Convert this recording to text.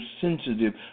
sensitive